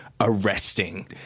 arresting